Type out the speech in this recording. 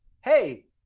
Hey